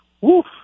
Woof